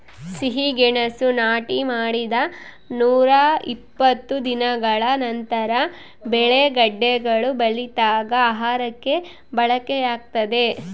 ಸಿಹಿಗೆಣಸು ನಾಟಿ ಮಾಡಿದ ನೂರಾಇಪ್ಪತ್ತು ದಿನಗಳ ನಂತರ ಬೆಳೆ ಗೆಡ್ಡೆಗಳು ಬಲಿತಾಗ ಆಹಾರಕ್ಕೆ ಬಳಕೆಯಾಗ್ತದೆ